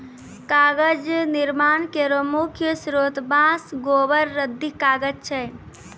कागज निर्माण केरो मुख्य स्रोत बांस, गोबर, रद्दी कागज छै